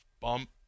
bump